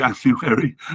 January